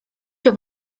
się